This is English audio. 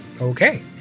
Okay